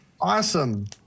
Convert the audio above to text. Awesome